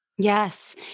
Yes